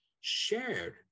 shared